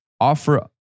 offer